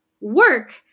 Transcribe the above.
work